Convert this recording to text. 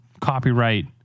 copyright